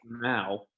now